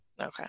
Okay